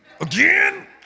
Again